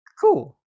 cool